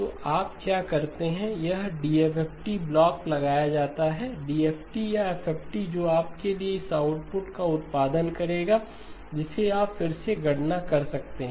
तो आप क्या करते हैं यहां डीएफटी ब्लॉक लगाया जाता है DFT या FFT जो आपके लिए इसी आउटपुट का उत्पादन करेगा जिसे आप फिर से गणना कर सकते हैं